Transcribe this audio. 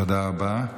תודה רבה.